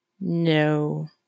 No